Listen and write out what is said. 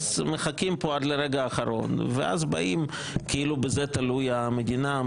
מחכים עד הרגע האחרון ואז באים כאילו בזה תלוי מצב המדינה.